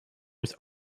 was